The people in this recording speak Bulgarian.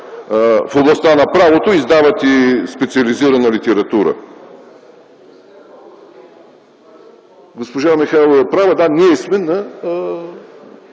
в областта на правото. Издават и специализирана литература.